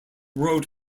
road